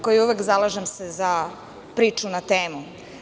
Kao i uvek zalažem se za priču na temu.